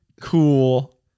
cool